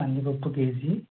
కందిపప్పు కేజీ